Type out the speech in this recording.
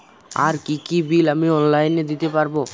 আর কি কি বিল আমি অনলাইনে দিতে পারবো?